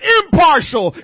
impartial